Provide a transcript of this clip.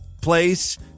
place